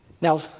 Now